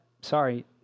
Sorry